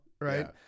right